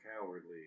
cowardly